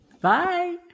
Bye